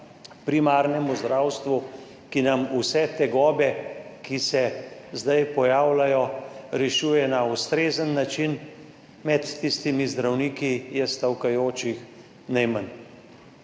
primarnemu zdravstvu, ki vse tegobe, ki se zdaj pojavljajo, rešuje na ustrezen način. Med tistimi zdravniki je stavkajočih najmanj.